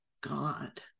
God